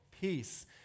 peace